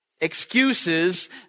Excuses